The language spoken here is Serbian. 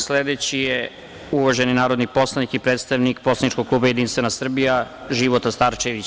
Sledeći je uvaženi narodni poslanik i predstavnik poslaničkog klupa Jedinstvena Srbija, Života Starčević.